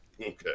okay